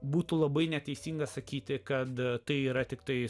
būtų labai neteisinga sakyti kad tai yra tiktai